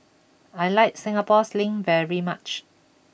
I like Singapore Sling very much